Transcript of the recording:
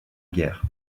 guerre